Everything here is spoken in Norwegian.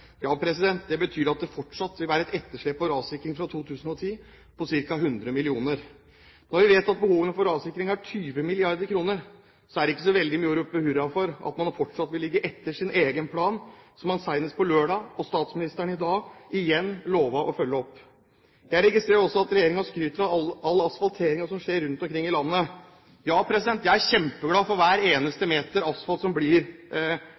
Det betyr at det fortsatt vil være et etterslep på rassikring fra 2010 på ca. 100 mill. kr. Når vi vet at behovet for rassikring er 20 mrd. kr, er det ikke så veldig mye å rope hurra for at man fortsatt vil ligge etter sin egen plan, som man senest på lørdag og statsministeren i dag igjen lovet å følge opp. Jeg registrerer også at regjeringen skryter av all asfalteringen som skjer rundt omkring i landet. Ja, jeg er kjempeglad for hver eneste vei som blir